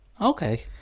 Okay